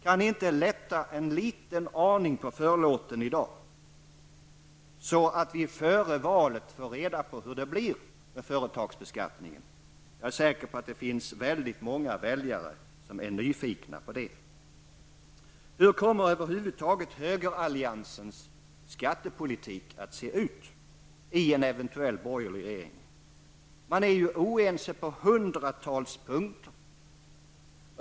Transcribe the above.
Kan ni inte lätta en liten aning på förlåten i dag, så att vi före valet får reda på hur det blir med företagsbeskattningen? Jag är säker på att det finns väldigt många väljare som är nyfikna på ert svar. Hur kommer högeralliansens skattepolitik att över huvud taget se ut i en eventuell borgerlig regering? Man är ju oense på hundratals punkter.